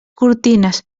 cortines